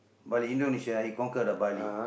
but Indonesia he conquer the Bali